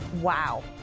wow